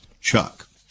Chuck